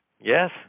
yes